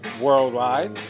worldwide